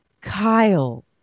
kyle